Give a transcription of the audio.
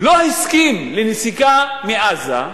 לא הסכים לנסיגה מעזה,